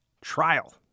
trial